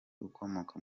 ukomoka